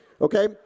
okay